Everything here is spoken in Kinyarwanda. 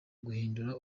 guhindura